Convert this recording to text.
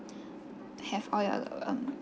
have all your um